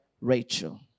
Rachel